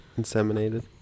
inseminated